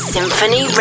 Symphony